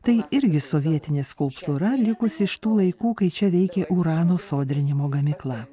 tai irgi sovietinė skulptūra likusi iš tų laikų kai čia veikė urano sodrinimo gamykla